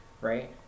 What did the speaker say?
right